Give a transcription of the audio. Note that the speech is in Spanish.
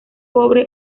pobre